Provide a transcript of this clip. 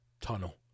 tunnel